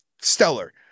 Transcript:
Stellar